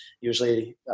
Usually